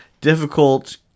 difficult